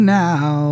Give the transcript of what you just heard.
now